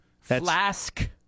Flask